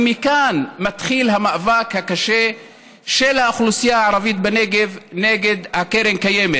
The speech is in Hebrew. ומכאן מתחיל המאבק הקשה של האוכלוסייה הערבית בנגב נגד קרן הקיימת